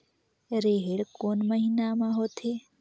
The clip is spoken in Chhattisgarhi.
रेहेण कोन महीना म होथे?